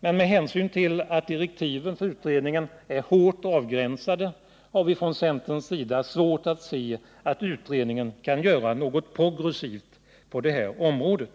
men med hänsyn till att direktiven för utredningen är hårt avgränsade har vi från centerns sida svårt att se att den kan göra något progressivt på det här området.